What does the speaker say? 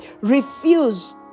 Refuse